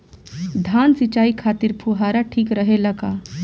धान सिंचाई खातिर फुहारा ठीक रहे ला का?